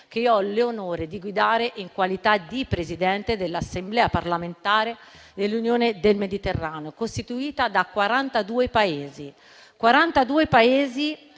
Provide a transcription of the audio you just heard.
che io ho l'onore di guidare in qualità di Presidente dell'Assemblea parlamentare dell'Unione del Mediterraneo, costituita da